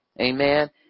Amen